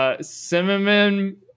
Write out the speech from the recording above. Cinnamon